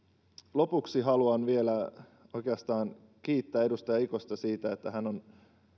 lopuksi haluan vielä oikeastaan kiittää edustaja ikosta siitä että